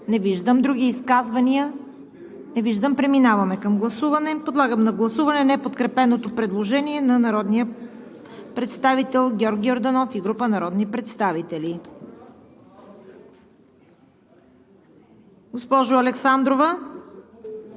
Благодаря, уважаеми господин Йорданов. Реплики? Не виждам. Други изказвания? Не виждам. Преминаваме към гласуване. Подлагам на гласуване неподкрепеното предложение на народния представител Георги Йорданов и група народни представители.